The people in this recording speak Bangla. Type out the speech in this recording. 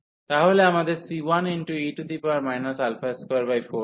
তাহলে আমাদের c1e 24 আছে